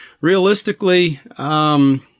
realistically